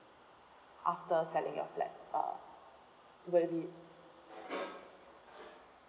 after selling your flat uh will be